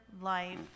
life